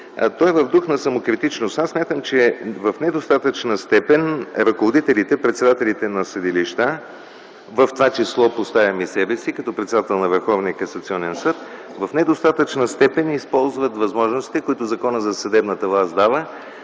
Той е в дух на самокритичност. Аз смятам, че в недостатъчна степен ръководителите – председателите на съдилища, в това число поставям и себе си като председател на Върховния касационен съд, в недостатъчна степен използват възможностите, които Законът за съдебната власт дава,